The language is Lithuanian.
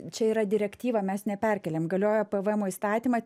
čia yra direktyva mes ne perkėlėm galioja pvmo įstatyma